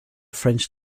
french